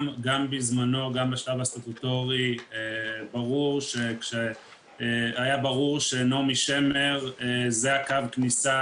גם בזמנו בשלב הסטטוטורי היה ברור שנעמי שמר זה קו כניסה,